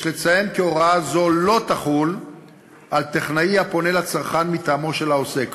יש לציין כי הוראה זו לא תחול על טכנאי הפונה לצרכן מטעמו של העוסק,